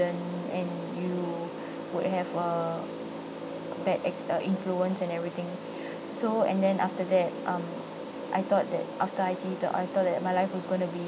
and you would have a bad ex uh influence and everything so and then after that um I thought that after I_T_E the I thought that my life was going to be